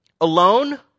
Alone